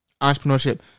entrepreneurship